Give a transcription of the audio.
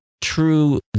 true